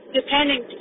depending